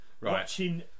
watching